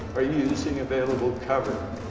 are you using available cover?